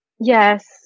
Yes